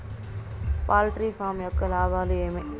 poultry farm యొక్క లాభాలు ఏమి